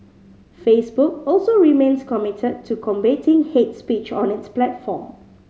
Facebook also remains committed to combating hate speech on its platform